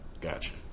Gotcha